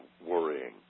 worrying